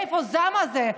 מאיפה הזעם הזה,